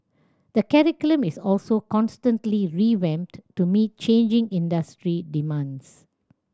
the curriculum is also constantly revamped to meet changing industry demands